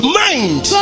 mind